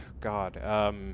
God